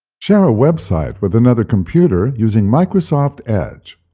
share a website with another computer using microsoft edge.